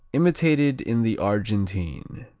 imitated in the argentine.